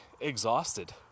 exhausted